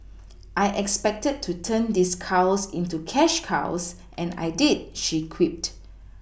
I expected to turn these cows into cash cows and I did she quipped